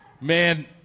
Man